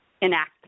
enact